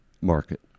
market